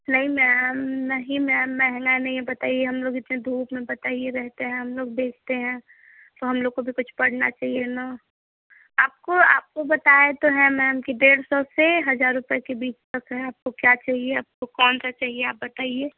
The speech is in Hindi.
नहीं मैम नहीं मैम महँगा नहीं है बताइए हम लोग इतनी धूप में बताइए रहते हैं हम लोग बेचते हैं तो हम लोग को भी कुछ पड़ना चाहिए ना आपको आपको बताया तो है मैम की डेढ़ सौ से हजार रुपये के बीच तक है आपको क्या चहिए आपको कौन सा चाहिए आप बताइए